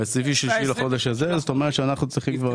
ב- 23 לחודש הזה, זאת אומרת שאנחנו צריכים.